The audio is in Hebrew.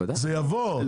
מגיע